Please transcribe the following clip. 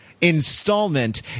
installment